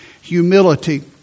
humility